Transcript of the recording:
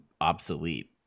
obsolete